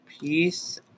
peace